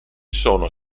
sono